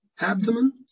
abdomen